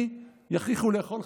האבא אומר: